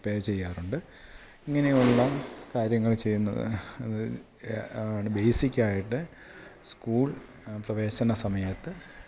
പേ ചെയ്യാറൊണ്ട് ഇങ്ങനെയൊള്ള കാര്യങ്ങൾ ചെയ്യ്ന്ന അത് ആണ് ബേയ്സിക്കായിട്ട് സ്കൂൾ പ്രവേശന സമയത്ത്